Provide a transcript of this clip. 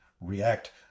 React